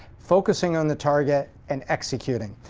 focusing on the target, and executing.